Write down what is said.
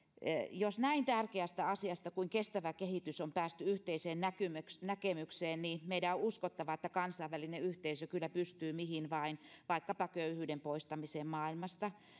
jos näin tärkeästä asiasta kuin kestävä kehitys on päästy yhteiseen näkemykseen näkemykseen niin meidän on uskottava että kansainvälinen yhteisö kyllä pystyy mihin vain vaikkapa köyhyyden poistamiseen maailmasta